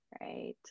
Right